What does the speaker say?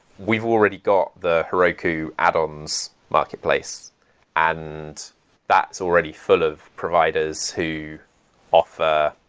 we've already got the heroku add-ons marketplace and that's already full of providers who offer